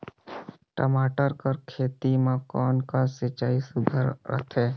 टमाटर कर खेती म कोन कस सिंचाई सुघ्घर रथे?